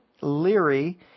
Leary